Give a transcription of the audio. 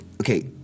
okay